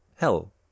hell